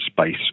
space